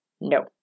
No